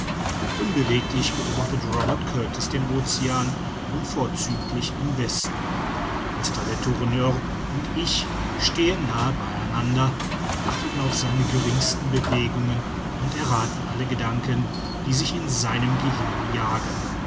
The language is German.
unbeweglich beobachtet robert kurtis den ocean und vorzüglich im westen mr letourneur und ich stehen nahe bei einander achten auf seine geringsten bewegungen und errathen alle gedanken die sich in seinem gehirne jagen